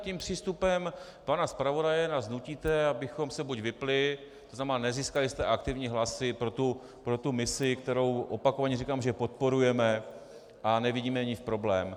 Tím přístupem pana zpravodaje nás nutíte, abychom se buď vypnuli, to znamená nezískali jste aktivní hlasy pro tu misi, kterou opakovaně říkám podporujeme a nevidíme v ní problém.